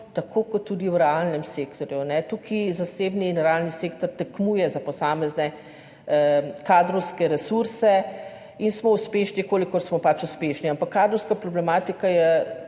kot tudi v realnem sektorju. Tukaj zasebni in realni sektor tekmujeta za posamezne kadrovske resurse in smo uspešni, kolikor smo pač uspešni. Ampak kadrovska problematika je